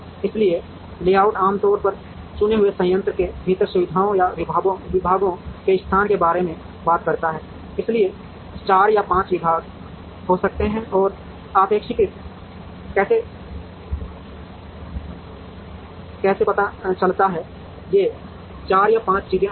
इसलिए लेआउट आम तौर पर चुने हुए संयंत्र के भीतर सुविधाओं या विभागों के स्थान के बारे में बात करता है इसलिए 4 या 5 विभाग हो सकते हैं और एक अपेक्षाकृत कैसे पता चलता है ये 4 या 5 चीजें अंदर